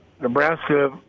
Nebraska